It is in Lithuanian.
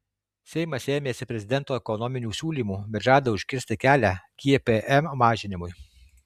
seimas ėmėsi prezidento ekonominių siūlymų bet žada užkirsti kelią gpm mažinimui